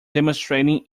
demonstrating